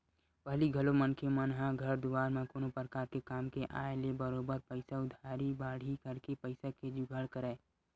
पहिली घलो मनखे मन ह घर दुवार म कोनो परकार के काम के आय ले बरोबर पइसा उधारी बाड़ही करके पइसा के जुगाड़ करय